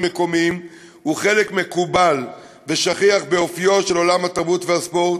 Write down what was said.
מקומיים הוא חלק מקובל ושכיח באופיו של עולם התרבות והספורט,